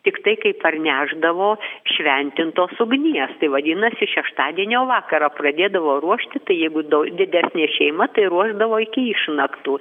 tiktai kai parnešdavo šventintos ugnies tai vadinasi šeštadienio vakarą pradėdavo ruošti tai jeigu dau didesnė šeima tai ruošdavo iki išnaktų